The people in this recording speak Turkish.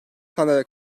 sandalye